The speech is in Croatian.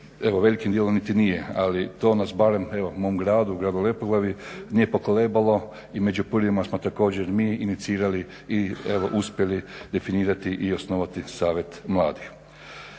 velikim dijelom niti nije, ali to nas barem evo mom gradu, gradu Lepoglavi nije pokolebalo i među prvima smo također mi inicirali i evo uspjeli definirati i osnovati Savjet mladih.